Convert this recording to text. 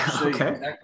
Okay